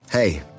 Hey